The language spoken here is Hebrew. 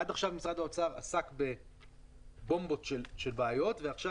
עד עכשיו משרד האוצר עסק בבומבות של בעיות ועכשיו